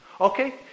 Okay